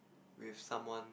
with someone